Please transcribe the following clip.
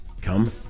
come